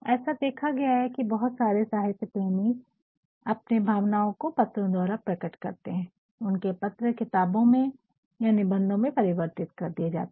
ऐसा देखा गया है की बहुत सारे साहित्य प्रेमी अपने भावनाओ को पत्रों द्वारा प्रकट करते है और उनके पत्र किताबो में या निबंधों में परिवर्तित कर दिए जाते है